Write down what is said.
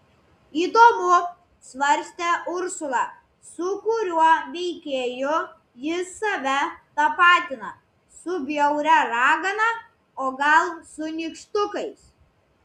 įdomu svarstė ursula su kuriuo veikėju jis save tapatina su bjauria ragana o gal su nykštukais